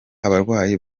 abarwayi